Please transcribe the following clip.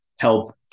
help